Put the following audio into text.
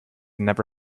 have